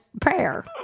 prayer